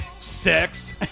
Sex